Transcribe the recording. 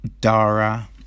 Dara